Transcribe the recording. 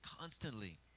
Constantly